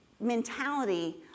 mentality